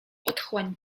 otchłań